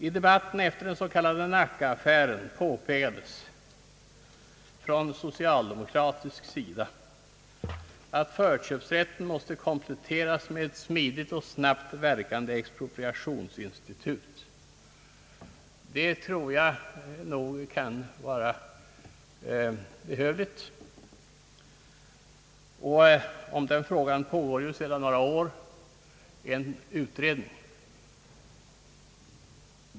I debatten efter den s.k. Nacka-affären påpekades från socialdemokratisk sida, att förköpsrätten måste kompletteras med ett smidigt och snabbt verkande expropriationsinstitut. Det tror jag kan vara behövligt, och om den frågan pågår sedan några år en utredning.